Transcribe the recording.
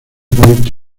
pedirte